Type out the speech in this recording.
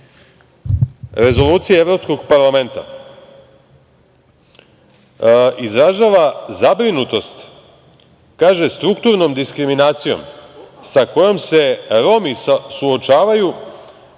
Rezolucije Evropskog parlamenta izražava zabrinutost – kaže strukturnom diskriminacijom sa kojom se Romi suočavaju